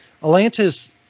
Atlantis